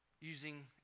using